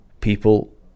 people